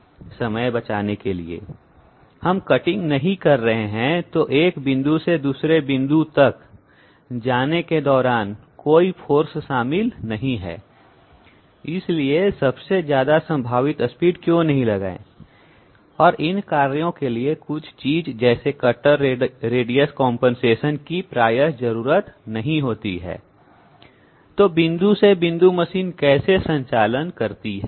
समय बचाने के लिए हम कटिंग नहीं कर रहे हैं तो 1 पॉइंट बिंदु से दूसरे बिंदु तक जाने के दौरान कोई फोर्स शामिल नहीं है इसलिए सबसे ज्यादा संभावित वेग क्यों नहीं लगाएं और इन कार्यों के लिए कुछ चीज जैसे कटर रेडियस कंपनसेशन की प्राय जरूरत नहीं होती है तो बिंदु से बिंदु मशीन कैसे संचालन करती हैं